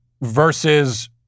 versus